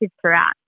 throughout